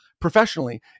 professionally